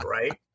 right